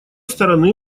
стороны